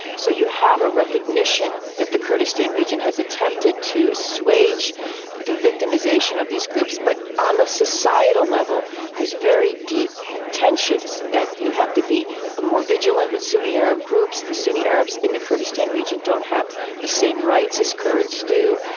so you have a recognition that the kurdistan region has attempted to assuage the victimisation of these groups. but on the societal level there is very deep tensions, that you have to be more vigilant with sunni arab groups, the sunni arabs in the kurdistan region don't have the same rights as kurds do,